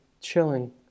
chilling